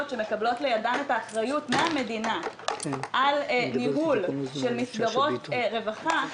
שמקבלות לידן את האחריות מהמדינה על ניהול של מסגרות רווחה,